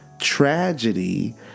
tragedy